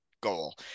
goal